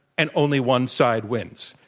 and only one side wins.